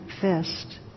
fist